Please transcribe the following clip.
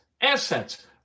assets